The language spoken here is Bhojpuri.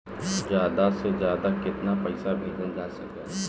ज्यादा से ज्यादा केताना पैसा भेजल जा सकल जाला?